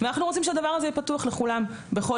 ואנחנו רוצים שהדבר הזה יהיה פתוח בכל שעה.